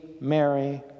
Mary